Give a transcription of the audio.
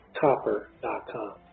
copper.com